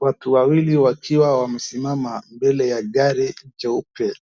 Watu wawili wakiwa wamesimama mbele ya gari jeupe